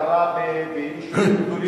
בעראבה, ביישובים גדולים.